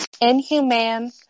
inhumane